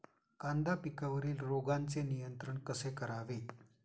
कांदा पिकावरील रोगांचे नियंत्रण कसे करावे?